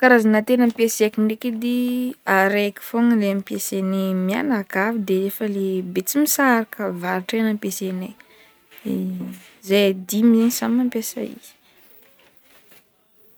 Karazagna tegny ampiasaiko araiko fogna le ampasaignay mianakavy de fa le betsimisaraka avaratra fogna ampiasaignay, zahay dimy samy mampiasa izy.